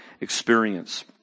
experience